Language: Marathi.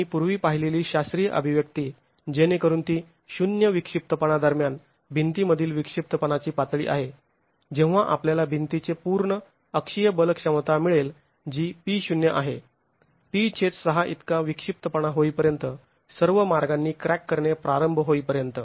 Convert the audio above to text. आम्ही पूर्वी पाहिलेली शास्त्रीय अभिव्यक्ती जेणेकरून ती ० विक्षिप्तपणा दरम्यान भिंतीमधील विक्षिप्तपणाची पातळी आहे जेव्हा आपल्याला भिंतीचे पूर्ण अक्षीय बल क्षमता मिळेल जी P0 आहे t6 इतका विक्षिप्तपणा होईपर्यंत सर्व मार्गांनी क्रॅक करणे प्रारंभ होईपर्यंत